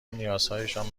نیازهایشان